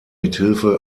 mithilfe